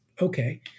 Okay